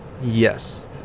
Yes